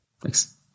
Thanks